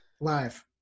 Live